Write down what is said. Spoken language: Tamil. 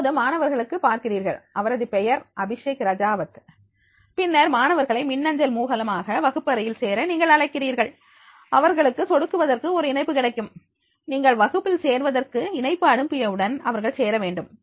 இப்போது மாணவர்களுக்கு பார்க்கிறீர்கள் அவரது பெயர் அபிஷேக் ராஜாவத் பின்னர் மாணவர்களை மின்னஞ்சல் மூலமாக வகுப்பறையில் சேர நீங்கள் அழைக்கிறீர்கள் அவர்களுக்கு சொடுக்குவதற்கு ஒரு இணைப்பு கிடைக்கும் நீங்கள் வகுப்பில் சேர்வதற்கு இணைப்பு அனுப்பியவுடன் அவர்கள் சேர வேண்டும்